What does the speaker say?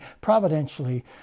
providentially